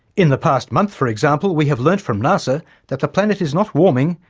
in the past month for example we have learnt from nasa that the planet is not warming,